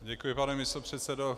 Děkuji, pane místopředsedo.